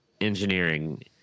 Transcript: engineering